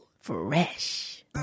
Fresh